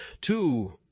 Two